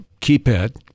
keypad